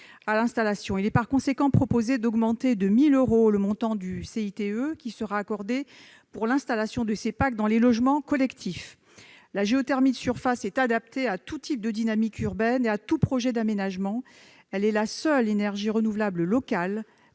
à l'installation. Il est, par conséquent, proposé d'augmenter de 1 000 euros le montant du CITE qui sera accordé pour l'installation de ces PAC dans les logements collectifs. La géothermie de surface est adaptée à tout type de dynamique urbaine et à tout projet d'aménagement. Elle est la seule énergie renouvelable locale